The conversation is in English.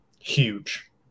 Huge